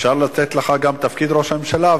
אפשר לתת לך גם את תפקיד ראש הממשלה,